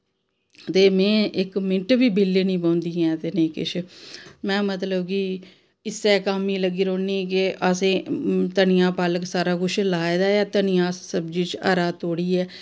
ते में इक मिंट बी बेल्लै निं बौंह्दी ऐ ते नेईं केश मैं मतलब कि इस्सै कम्म गी लगी रौंह्नी केह् असें धनिया पालक सारा कुछ लाए दा धनियां सब्जी हारा त्रोड़ियै